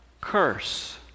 curse